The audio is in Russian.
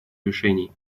решений